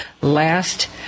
last